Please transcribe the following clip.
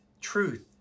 Truth